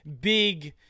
big